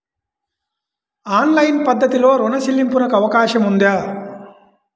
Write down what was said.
Online పద్ధతిలో రుణ చెల్లింపునకు అవకాశం ఉందా?